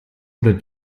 oder